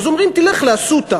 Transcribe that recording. אז אומרים: תלך ל"אסותא".